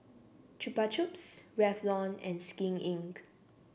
Chupa Chups Revlon and Skin Inc